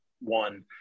one